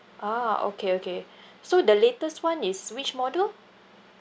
ah okay okay so the latest [one] is which model